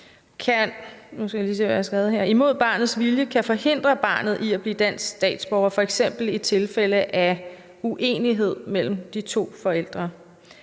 imod barnets vilje kan forhindre barnet i at blive dansk statsborger, f.eks. i tilfælde af uenighed mellem de to forældre.